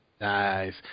Nice